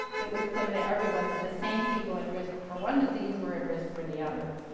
it was clear to everyone that the same people at risk for one disease were at risk for the other.